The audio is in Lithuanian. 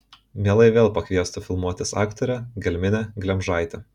mielai vėl pakviestų filmuotis aktorę gelminę glemžaitę